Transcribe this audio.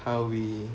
how we